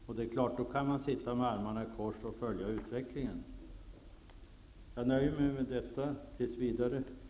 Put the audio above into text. Då är det klart att man kan sitta med armarna i kors och följa utvecklingen. Fru talman! Jag nöjer mig med detta tills vidare.